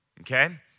okay